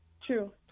True